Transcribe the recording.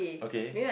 okay